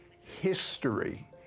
History